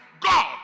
God